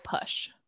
push